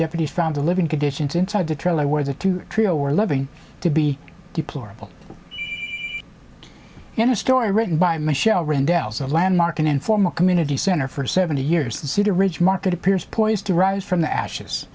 deputies found the living conditions inside the trailer where the two trio were living to be deplorable in a story written by michel rebels a landmark an informal community center for seventy years the cedar ridge market appears poised to rise from the ashes